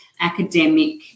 academic